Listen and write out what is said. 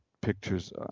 pictures